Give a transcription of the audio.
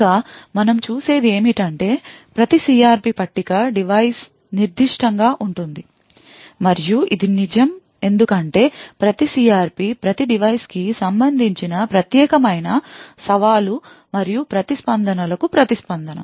ఇంకా మనం చూసేది ఏమిటంటే ప్రతి CRP పట్టిక డివైస్ నిర్దిష్టంగా ఉంటుంది మరియు ఇది నిజం ఎందుకంటే ప్రతి CRP ప్రతి డివైస్ కి సంబంధించిన ప్రత్యేకమైన సవాలు మరియు ప్రతిస్పందనలకు ప్రతిస్పందన